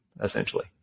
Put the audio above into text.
essentially